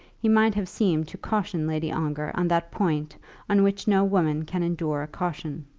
he might have seemed to caution lady ongar on that point on which no woman can endure a caution.